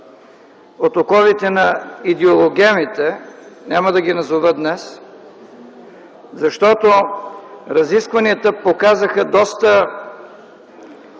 от оковите на идеологемите. Няма да ги назова днес, защото разискванията показаха доста